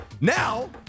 Now